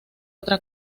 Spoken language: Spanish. otra